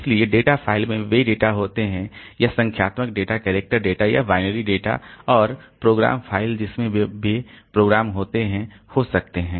इसलिए data file में वे डेटा होते हैं यह संख्यात्मक डेटा करैक्टर डेटा या बाइनरी डेटा और प्रोग्राम फ़ाइल जिसमें वे प्रोग्राम होते हैं हो सकते हैं